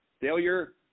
Failure